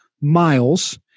miles